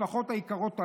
למשפחות היקרות הללו,